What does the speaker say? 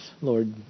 Lord